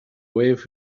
wave